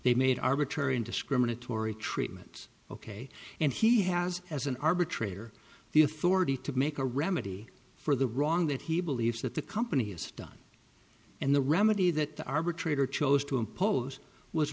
they made arbitrary and discriminatory treatments ok and he has as an arbitrator the authority to make a remedy for the wrong that he believes that the company has done and the remedy that the arbitrator chose to impose was